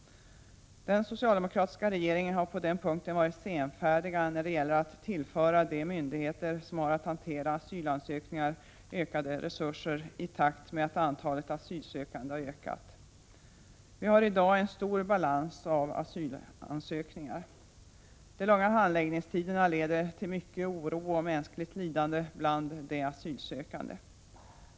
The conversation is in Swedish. Den socialdemokratiska regeringen har varit senfärdig när det gällt att tillföra de myndigheter som har att hantera asylansökningar ökade resurser, i takt med att antalet asylsökande har ökat. Balansen av asylansökningar är i dag stor. De långa handläggningstiderna leder till mycket oro och mänskligt lidande bland de asylsökande.